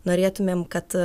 norėtumėm kad